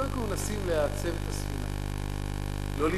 קודם כול מנסים לייצב את הספינה, לא להיבהל.